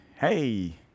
hey